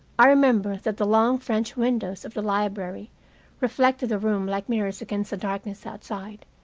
i remember that the long french windows of the library reflected the room like mirrors against the darkness outside,